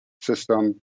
system